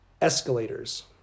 Escalators